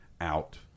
out